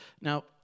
Now